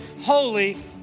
holy